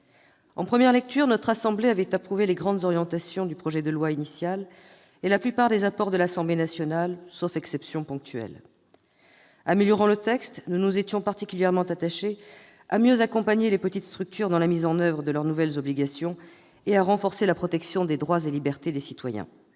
En première lecture, notre assemblée avait approuvé les grandes orientations du projet de loi initial et la plupart des apports de l'Assemblée nationale, sauf exceptions ponctuelles. Améliorant le texte, nous nous étions particulièrement attachés à mieux accompagner les petites structures dans la mise en oeuvre de leurs nouvelles obligations et à renforcer la protection des droits et libertés des citoyens.